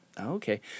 Okay